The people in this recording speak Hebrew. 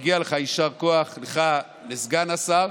מגיע לך יישר כוח, לך, לסגן השר,